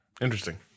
Interesting